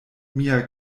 mia